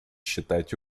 считать